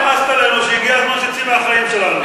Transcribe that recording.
כל כך נמאסת עלינו שהגיע הזמן שתצאי מהחיים שלנו.